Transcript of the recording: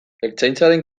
ertzaintzaren